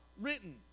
Written